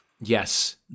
yes